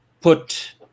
put